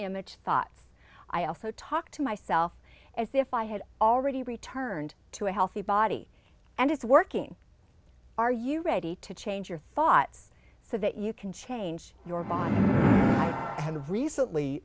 image thoughts i also talk to myself as if i had already returned to a healthy body and it's working are you ready to change your thoughts so that you can change your mind i have recently